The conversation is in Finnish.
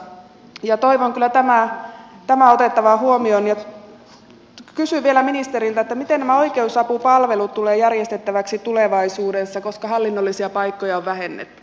toivon kyllä tämän otettavan huomioon ja kysyn vielä ministeriltä miten nämä oikeusapupalvelut tulevat järjestettäviksi tulevaisuudessa koska hallinnollisia paikkoja on vähennetty